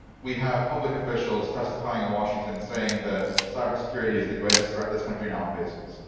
we have public officials testifying in washington saying that cyber security is the greatest threat this country now faces,